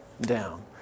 down